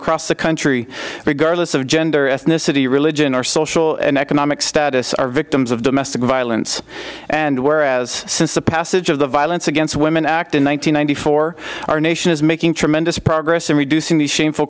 across the country regardless of gender ethnicity religion or social and economic status are victims of domestic violence and whereas since the passage of the violence against women act in one thousand nine hundred four our nation is making tremendous progress in reducing the shameful